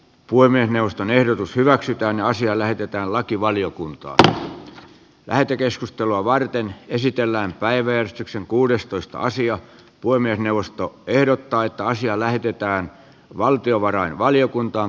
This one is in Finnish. voimme neuvoston ehdotus hyväksytään asia lähetetään lakivaliokuntaan lähetekeskustelua varten esitellään päivystyksen kuudestoista asiat poimien puhemiesneuvosto ehdottaa että asia lähetetään valtiovarainvaliokuntaan